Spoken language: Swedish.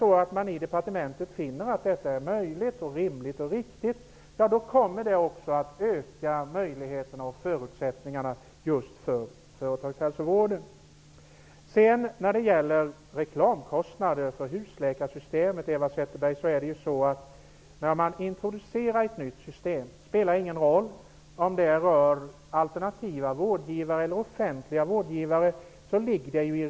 Om departementet finner att detta är möjligt, rimligt och riktigt kommer det också att öka möjligheterna och förutsättningar just för företagshälsovården. Eva Zetterberg talade om reklamkostnader för husläkarsystemet. Det är naturligt att man informerar när man introducerar ett nytt system. Det spelar ingen roll om det rör alternativa eller offentliga vårdgivare.